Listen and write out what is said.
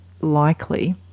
likely